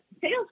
sales